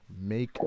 make